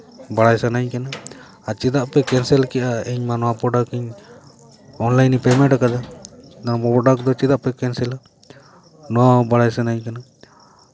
ᱵᱟᱲᱟᱭ ᱥᱟᱱᱟᱧ ᱠᱟᱱᱟ ᱟᱨ ᱪᱮᱫᱟᱜ ᱯᱮ ᱠᱮᱱᱥᱮᱞ ᱠᱮᱫᱟ ᱤᱧ ᱢᱟ ᱱᱚᱣᱟ ᱯᱨᱚᱰᱟᱠᱴ ᱤᱧ ᱚᱱᱞᱟᱭᱤᱱᱤᱧ ᱯᱮᱢᱮᱱᱴ ᱠᱟᱫᱟ ᱚᱱᱟ ᱯᱨᱚᱰᱟᱠᱴ ᱫᱚ ᱪᱮᱫᱟᱜ ᱯᱮ ᱠᱮᱱᱥᱮᱞᱟ ᱱᱚᱣᱟ ᱦᱚᱸ ᱵᱟᱲᱟᱭ ᱥᱟᱹᱱᱟᱧ ᱠᱟᱱᱟ